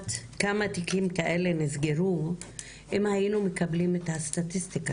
לדעת כמה תיקים כאלה נסגרו אם היינו מקבלים את הסטטיסטיקה